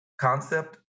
concept